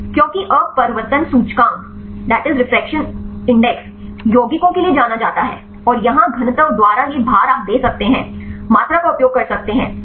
क्योंकि अपवर्तन सूचकांक यौगिकों के लिए जाना जाता है और यहाँ घनत्व द्वारा यह भार आप दे सकते हैं मात्रा का उपयोग कर सकते हैं